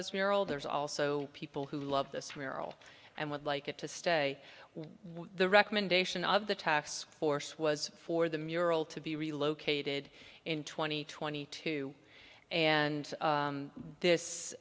this mural there's also people who love this hero and would like it to stay with the recommendation of the task force was for the mural to be relocated in twenty twenty two and this